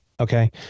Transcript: Okay